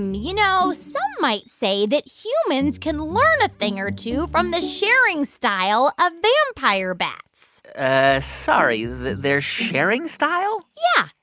you know, some might say that humans can learn a thing or two from the sharing style of vampire bats ah sorry. their sharing style? yeah.